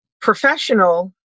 professional